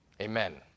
Amen